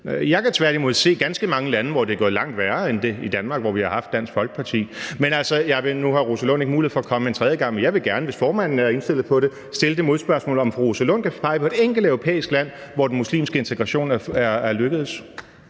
Jeg kan tværtimod se ganske mange lande, hvor det er gået langt værre end i Danmark, hvor vi har haft Dansk Folkeparti. Men altså, nu har Rosa Lund ikke mulighed for at komme til en tredje gang, men jeg vil gerne, hvis formanden er indstillet på det, stille det modspørgsmål, om fru Rosa Lund kan pege på et enkelt europæisk land, hvor den muslimske integration er lykkedes.